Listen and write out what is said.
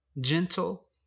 gentle